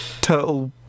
Turtle